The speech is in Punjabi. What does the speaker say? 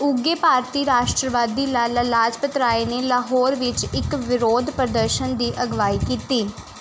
ਉੱਘੇ ਭਾਰਤੀ ਰਾਸ਼ਟਰਵਾਦੀ ਲਾਲਾ ਲਾਜਪਤ ਰਾਏ ਨੇ ਲਾਹੌਰ ਵਿੱਚ ਇੱਕ ਵਿਰੋਧ ਪ੍ਰਦਰਸ਼ਨ ਦੀ ਅਗਵਾਈ ਕੀਤੀ